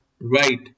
right